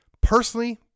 personally